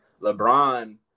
LeBron